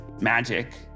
magic